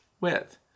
width